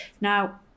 Now